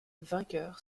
vainqueur